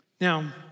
Now